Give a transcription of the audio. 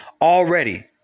already